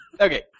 Okay